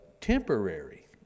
temporary